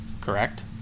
correct